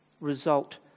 result